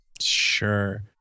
Sure